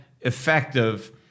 effective